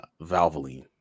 Valvoline